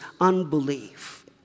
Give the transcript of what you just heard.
unbelief